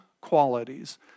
qualities